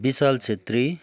Bishal Chhetri